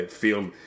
film